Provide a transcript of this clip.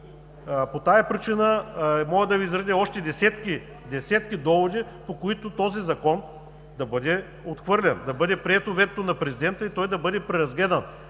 Разбирате ли? Мога да Ви изредя още десетки доводи, по които този закон да бъде отхвърлен, да бъде прието ветото на президента и той да бъде преразгледан,